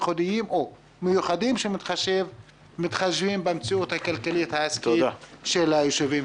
מיוחדים שמתחשבים במציאות הכלכלית העסקית של היישובים.